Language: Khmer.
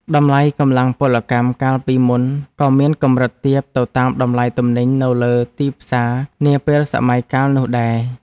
តម្លៃកម្លាំងពលកម្មកាលពីមុនក៏មានកម្រិតទាបទៅតាមតម្លៃទំនិញនៅលើទីផ្សារនាពេលសម័យកាលនោះដែរ។